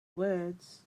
words